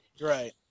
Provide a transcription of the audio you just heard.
Right